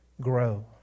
grow